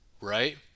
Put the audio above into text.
right